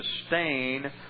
sustain